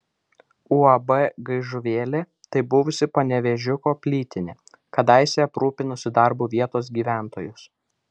uab gaižuvėlė tai buvusi panevėžiuko plytinė kadaise aprūpinusi darbu vietos gyventojus